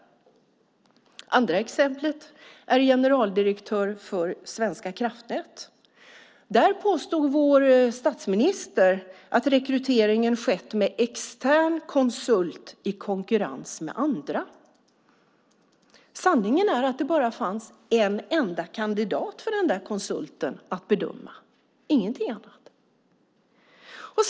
Det andra exemplet gäller tjänsten som generaldirektör för Svenska kraftnät. Där påstod vår statsminister att rekryteringen skett med extern konsult i konkurrens med andra. Sanningen är att det bara fanns en enda kandidat för den där konsulten att bedöma - ingenting annat.